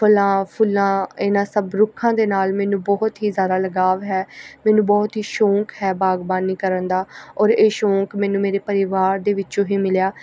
ਫਲਾਂ ਫੁੱਲਾਂ ਇਹਨਾਂ ਸਭ ਰੁੱਖਾਂ ਦੇ ਨਾਲ ਮੈਨੂੰ ਬਹੁਤ ਹੀ ਜ਼ਿਆਦਾ ਲਗਾਵ ਹੈ ਮੈਨੂੰ ਬਹੁਤ ਹੀ ਸ਼ੌਂਕ ਹੈ ਬਾਗਬਾਨੀ ਕਰਨ ਦਾ ਔਰ ਇਹ ਸ਼ੌਂਕ ਮੈਨੂੰ ਮੇਰੇ ਪਰਿਵਾਰ ਦੇ ਵਿੱਚੋਂ ਹੀ ਮਿਲਿਆ